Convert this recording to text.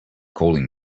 calling